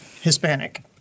Hispanic